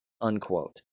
Unquote